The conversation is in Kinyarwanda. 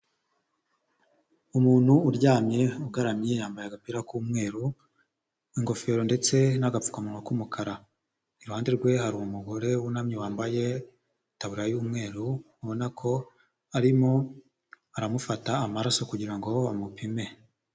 Umuntu uryamye ugaramye yambaye agapira k'umweru, ingofero ndetse n'agapfukamunwa k'umukara, iruhande rwe hari umugore wunamye wambaye itaburiya y'umweru abona ko arimo aramufata amaraso kugira ngo amupime.